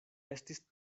estis